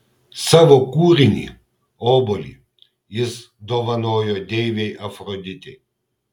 savo kūrinį obuolį jis dovanojo deivei afroditei